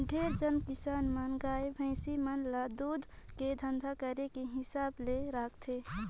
ढेरे झन किसान मन गाय, भइसी मन ल दूद के धंधा करे के हिसाब ले राखथे